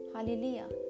Hallelujah